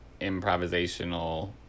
improvisational